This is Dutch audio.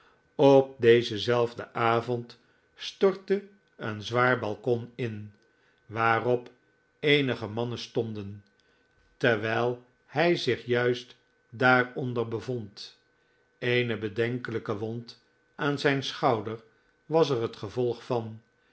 op dezen zelfden avond stortte een zwaar balkon in waarop eenige mannen stonden terwijl hij zich juist daaronder bevond eene bedenkelijke wond aan zijn schouder was er het gevolg van